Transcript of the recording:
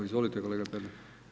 Izvolite kolega Pernar.